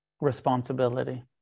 responsibility